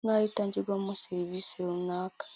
nk'aho itangirwamo serivisi runaka.